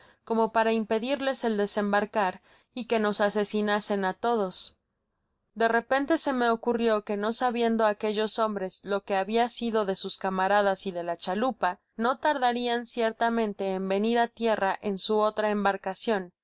como para impedirles el desembarcar y que nos asesinasen á todos de repente se me ocurrio que no sabiendo aquellos hombres lo que habia sido de sus camaradas y de la chalupa no tardarian ciertamente en venir á tierra en su otra embarcacion